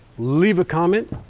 leave a comment.